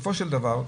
של דבר,